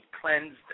cleansed